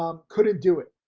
um couldn't do it,